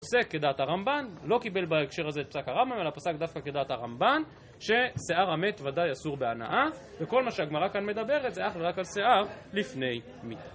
פוסק כדעת הרמב״ן, לא קיבל בהקשר הזה את פסק הרמב״ם, אלא פסק דווקא כדעת הרמב״ן ששיער המת ודאי אסור בהנאה וכל מה שהגמרא כאן מדברת זה אך ורק על שיער לפני מיתה